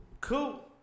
Cool